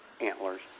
antlers